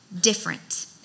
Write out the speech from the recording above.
different